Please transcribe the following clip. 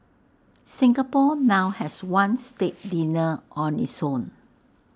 Singapore now has one state dinner on its own